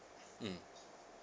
mm